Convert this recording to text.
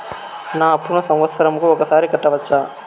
నా అప్పును సంవత్సరంకు ఒకసారి కట్టవచ్చా?